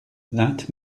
that